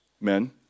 men